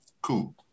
Cool